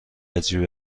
عجیب